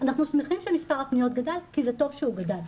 אנחנו שמחים שמשרד הפניות גדל כי זה טוב שהוא גדל,